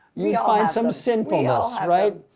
you'd find some sinfulness, right?